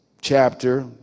chapter